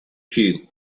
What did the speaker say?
field